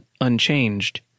unchanged